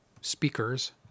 speakers